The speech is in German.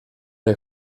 der